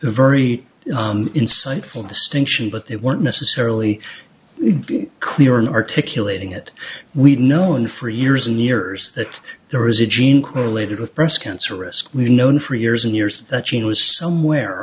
very insightful distinction but they weren't necessarily clear in articulating it we've known for years and years that there is a gene correlated with breast cancer risk we've known for years and years that gene was somewhere